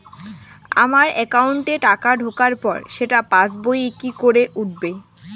আমার একাউন্টে টাকা ঢোকার পর সেটা পাসবইয়ে কি করে উঠবে?